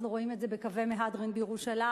אנחנו רואים את זה ב"קווי מהדרין" בירושלים,